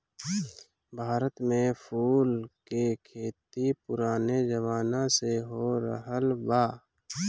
भारत में फूल के खेती पुराने जमाना से होरहल बा